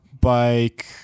bike